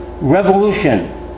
revolution